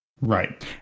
right